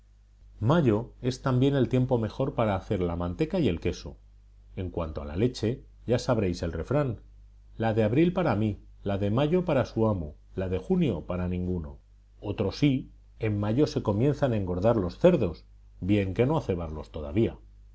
mayo es también el tiempo mejor para hacer la manteca y el queso en cuanto a la leche ya sabréis el refrán la de abril para mí la de mayo para su amo la de junio para ninguno otrosí en mayo se comienza a engordar los cerdos